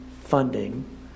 funding